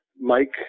Mike